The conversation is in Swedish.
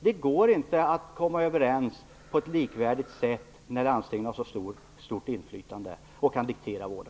Det går inte att komma överens på ett likvärdigt sätt när landstingen har ett så stort inflytande och kan diktera vården.